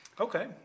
Okay